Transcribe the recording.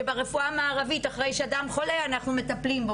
שברפואה המערבית אחרי שאדם חולה אנחנו מטפלים בו,